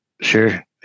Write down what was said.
Sure